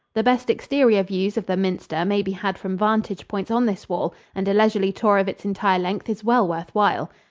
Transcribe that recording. the best exterior views of the minster may be had from vantage points on this wall, and a leisurely tour of its entire length is well worth while.